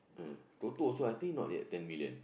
uh Toto also I think not yet ten million